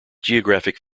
geographic